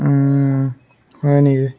হয় নেকি